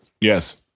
yes